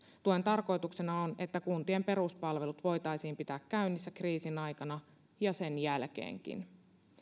tuen tarkoituksena on että kuntien peruspalvelut voitaisiin pitää käynnissä kriisin aikana ja sen jälkeenkin